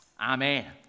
Amen